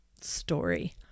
story